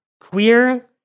queer